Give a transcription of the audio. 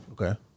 Okay